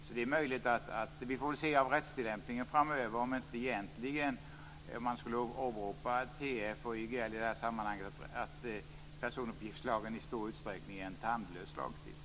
Så vi får väl se på rättstillämpningen framöver, om man inte egentligen skulle åberopa TF och YGL i det här sammanhanget och om inte personuppgiftslagen i stor utsträckning är en tandlös lagstiftning.